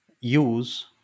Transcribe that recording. use